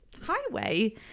highway